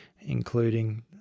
including